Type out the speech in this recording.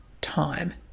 time